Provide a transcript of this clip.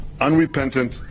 unrepentant